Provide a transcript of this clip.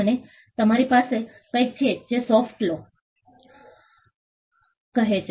અને તમારી પાસે કંઈક છે જેને સોફ્ટ લોsoft lawનરમ કાયદો કહે છે